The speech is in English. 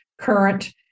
current